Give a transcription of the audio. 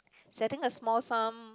setting a small sum